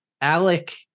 Alec